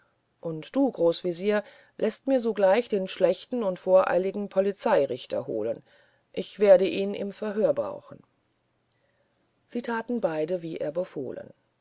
und du großwesir läßt mir sogleich den schlechten und voreiligen polizeirichter holen ich werde ihn im verhör brauchen sie taten beide wie er befohlen